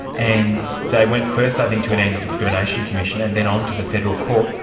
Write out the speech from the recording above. and they went first i think to an antidiscrimination commission and then onto the federal court.